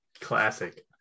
classic